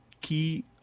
key